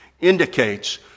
indicates